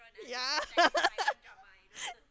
yeah